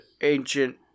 ancient